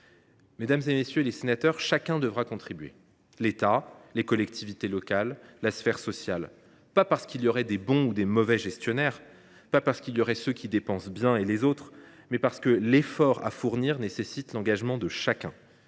Mesdames, messieurs les sénateurs, chacun devra contribuer – l’État, les collectivités locales, la sphère sociale –, non pas parce qu’il existerait de bons et de mauvais gestionnaires, certains qui dépensent bien et les autres, mais parce que l’effort à fournir nécessite l’engagement de tous.